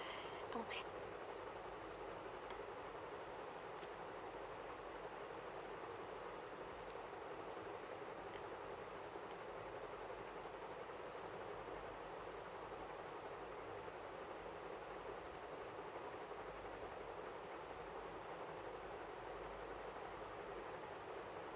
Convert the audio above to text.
okay